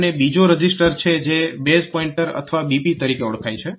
અને બીજો રજીસ્ટર છે જે બેઝ પોઈન્ટર અથવા BP તરીકે ઓળખાય છે